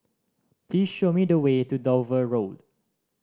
please show me the way to Dover Road